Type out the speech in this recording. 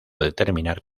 determinar